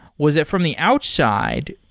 was that from the outside,